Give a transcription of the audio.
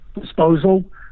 disposal